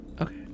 Okay